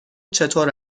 چطور